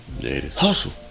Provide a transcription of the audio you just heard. Hustle